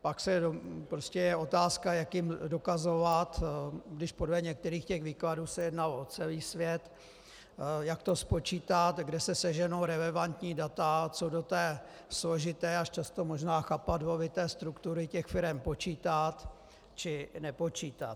Pak je otázka, jak jim dokazovat, když podle některých těch výkladů se jednalo o celý svět, jak to spočítat, kde se seženou relevantní data, co do té složité, až často možná chapadlovité struktury těch firem počítat či nepočítat.